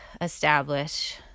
establish